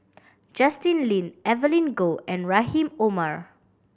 Justin Lean Evelyn Goh and Rahim Omar